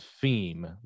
theme